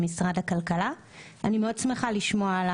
לקבוצת הווטסאפ שיש לנו עם